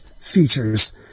features